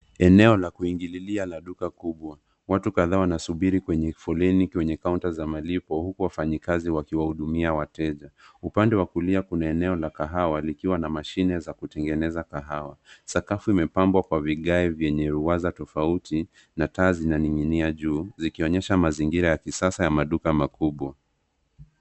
Eneo la kuingililia la duka kubwa. Watu kadhaa wanasubiri kwenye foleni kwa kaunta za malipo huku wafanyikazi wakiwahudumia wateja. Upande wa kulia kuna eneo la kahawa likiwa na mashine ya kutengeneza kahawa. Sakafu imepambwa kwa vigae venye waza tofauti na taaa zinaning'inia juu zikionyesha mazingira ya kisasa ya maduka makuu.